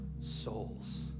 souls